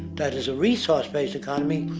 that is a resourced based economy,